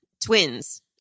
twins